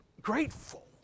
grateful